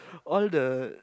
all the